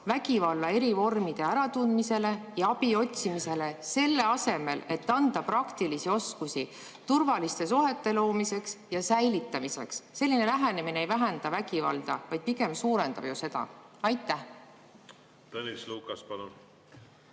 vägivalla eri vormide äratundmisele ja abi otsimisele, selle asemel et anda praktilisi oskusi turvaliste suhete loomiseks ja säilitamiseks? Selline lähenemine ei vähenda vägivalda, vaid pigem suurendab seda. Tõnis